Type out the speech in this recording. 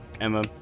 Emma